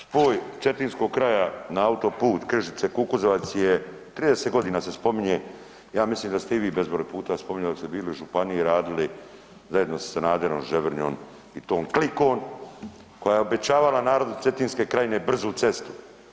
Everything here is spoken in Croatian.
Spoj Cetinskog kraja na autoput Križice-Kukuzovac je, 30.g. se spominje, ja mislim da ste i vi bezbroj puta spominjali dok ste bili u županiji i radili zajedno sa Sanaderom, Ževrnjom i tom klikom koja je obećavala narodu Cetinske krajine brzu cestu.